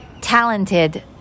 talented